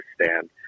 understand